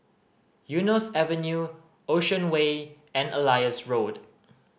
Eunos Avenue Ocean Way and Elias Road